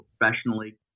professionally